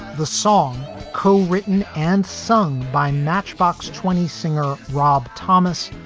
the song co-written and sung by matchbox twenty singer rob thomas,